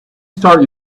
start